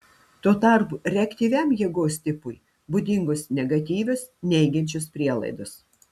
tuo tarpu reaktyviam jėgos tipui būdingos negatyvios neigiančios prielaidos